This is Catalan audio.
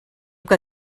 que